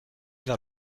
vers